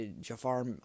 Jafar